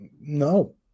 no